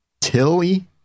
Tilly